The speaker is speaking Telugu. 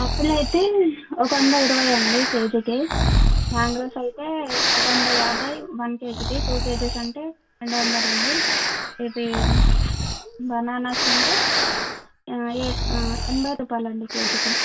ఆపిల్ అయితే ఒక వందా ఇరవై అండి కేజీకి మ్యాంగ్రోస్ అయితే ఒక వందా యాభై వన్ కేజీకి టూ కేజీస్ అంటే రెండు వందలండి ఇది బనానాస్ అంటే ఎనభై రూపాయాలండి కేజీకి